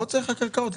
לא צריך רק על קרקעות.